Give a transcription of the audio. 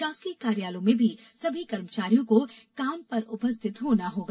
शासकीय कार्यालयों में भी सभी कर्मचारियों को काम पर उपस्थित होना होगा